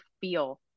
feel